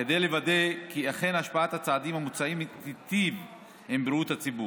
כדי לוודא כי אכן השפעת הצעדים המוצעים תיטיב עם בריאות הציבור.